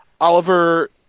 Oliver